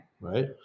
Right